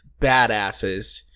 badasses